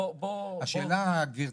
בואו -- השאלה גברתי,